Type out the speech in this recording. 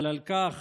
אבל על כך